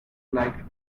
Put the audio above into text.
like